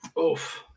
Oof